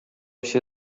się